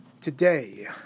Today